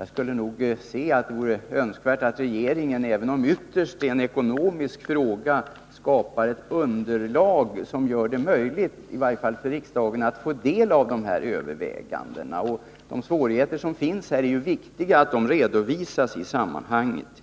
anser att det vore önskvärt att regeringen, även om detta ytterst är en ekonomisk fråga, skapar ett underlag som gör det möjligt för riksdagen att få del av dessa överväganden. Det är viktigt att de svårigheter som finns redovisas i sammanhanget.